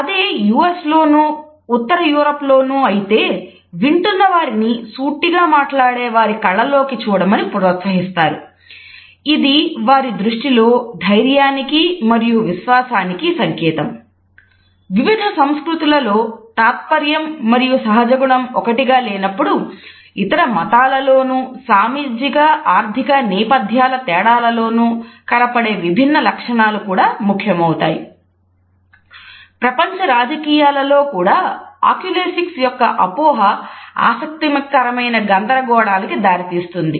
అదే U S యొక్క అపోహ ఆసక్తికరమైన గందరగోళానికి దారి తీస్తుంది